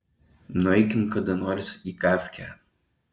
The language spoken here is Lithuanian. nueikim kada nors į kafkę